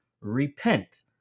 repent